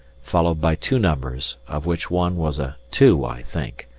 followed by two numbers, of which one was a two i think,